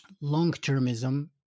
long-termism